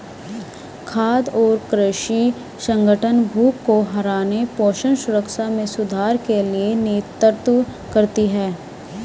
खाद्य और कृषि संगठन भूख को हराने पोषण सुरक्षा में सुधार के लिए नेतृत्व करती है